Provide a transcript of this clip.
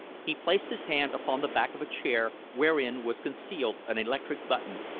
he placed his hand upon the back of a chair wherein was concealed an electric button,